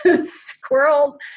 Squirrels